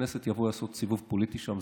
כנסת יבואו לעשות סיבוב פוליטי שם,